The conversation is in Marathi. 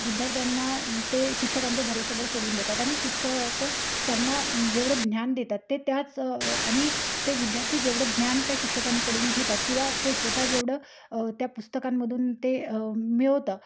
विद्यार्थ्यांना ते शिक्षकांच्या भरवशावर सोडून देतात आणि शिक्षक त्यांना जेवढं ज्ञान देतात ते त्याच आणि ते विद्यार्थी जेवढं ज्ञान त्या शिक्षकांकडून घेतात किंवा ते स्वत जेवढं त्या पुस्तकांमधून ते मिळवतं